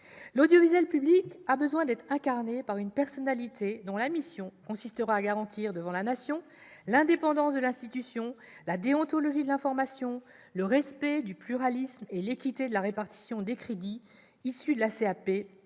L'audiovisuel public a besoin d'être incarné par une personnalité dont la mission consistera à garantir, devant la Nation, l'indépendance de l'institution, la déontologie de l'information, le respect du pluralisme et l'équité de la répartition des crédits issus de la CAP